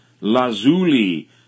lazuli